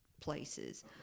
places